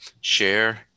share